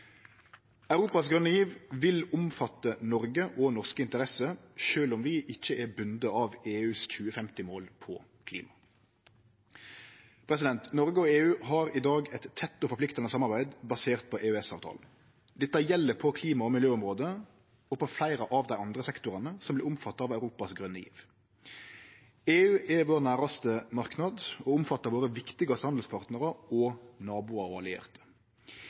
Europas grøne giv vil omfatte Noreg og norske interesser, sjølv om vi ikkje er bundne av EUs 2050-mål på klima. Noreg og EU har i dag eit tett og forpliktande samarbeid basert på EØS-avtalen. Dette gjeld på klima- og miljøområdet og for fleire av dei andre sektorane som vert omfatta av Europas grøne giv. EU er vår næraste marknad og omfattar våre viktigaste handelspartnarar, naboar og